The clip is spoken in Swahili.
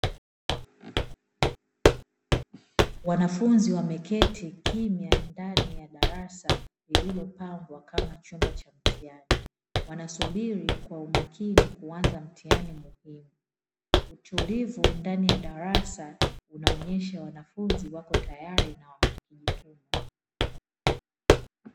Wanafunzi wameketi kimya ndani ya darasa lililo pambwa kama chumba cha mtihani wanasubirio kwa umakini kuanza mtihani mwingine, utulivu ndani ya darasa unaonyesha wanafunzi wapo tayari.